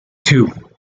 two